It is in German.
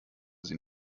sie